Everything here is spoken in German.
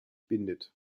bindet